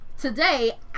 today